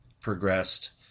progressed